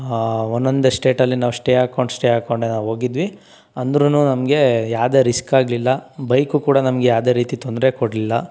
ಒಂದೊಂದೇ ಸ್ಟೇಟಲ್ಲಿ ನಾವು ಶ್ಟೇ ಹಾಕೊಂಡ್ ಶ್ಟೇ ಹಾಕೊಂಡ್ ನಾವು ಹೋಗಿದ್ವಿ ಅಂದ್ರೂ ನಮಗೆ ಯಾವ್ದೇ ರಿಸ್ಕ್ ಆಗಲಿಲ್ಲ ಬೈಕು ಕೂಡ ನಮಗೆ ಯಾವ್ದೇ ರೀತಿ ತೊಂದರೆ ಕೊಡಲಿಲ್ಲ